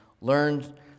learned